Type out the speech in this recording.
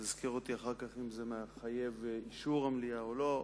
תזכר אותי אחר כך אם זה מחייב אישור המליאה או לא,